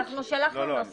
לא, לא.